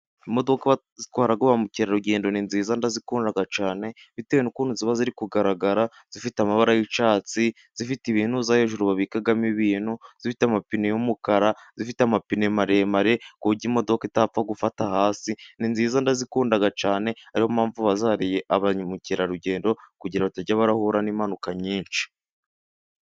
Imodoka zitwara ba mukerarugendo, ni nziza, ndazikunda cyane, bitewe n’ukuntu ziba ziri kugaragara. Zifite amabara y’icyatsi, zifite ibintu hejuru babikamo ibintu, zifite amapine y’umukara, zifite amapine maremare, ku buryo imodoka itapfa gufata hasi. Ni nziza, ndazikunda cyane, ari yo mpamvu bazihariye ba mukerarugendo, kugira batajya bahura n’impanuka nyinshi.